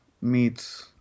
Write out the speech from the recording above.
meets